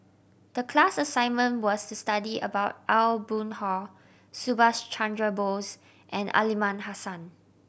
the class assignment was to study about Aw Boon Haw Subhas Chandra Bose and Aliman Hassan